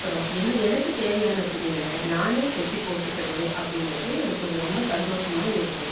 அப்புறம் என் எனக்கு தேவையான துணிகளை நானே தச்சி போட்டுக்கறது அப்படிங்கறது எனக்கு ஒரு ரொம்ப சந்தோஷமாக இருக்கும்